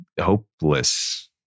hopeless